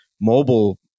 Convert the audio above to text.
mobile